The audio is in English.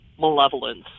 malevolence